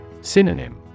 Synonym